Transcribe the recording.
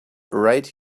right